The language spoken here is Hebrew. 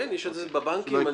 כן, בבנקים.